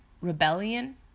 rebellion